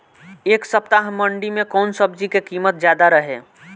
एह सप्ताह मंडी में कउन सब्जी के कीमत ज्यादा रहे?